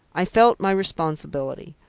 i felt my responsibility.